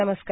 नमस्कार